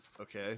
Okay